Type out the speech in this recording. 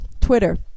Twitter